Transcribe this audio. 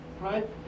right